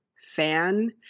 fan